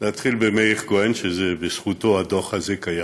נתחיל במאיר כהן, שבזכותו הדוח הזה קיים